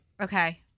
Okay